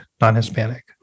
non-hispanic